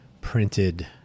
printed